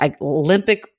Olympic